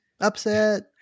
Upset